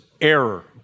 error